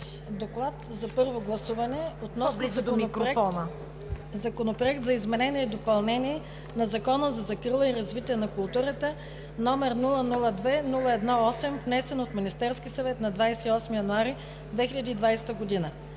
Подлагам на първо гласуване Законопроект за изменение и допълнение на Закона за закрила и развитие на културата, № 002 01 8, внесен от Министерския съвет на 28 януари 2020 г.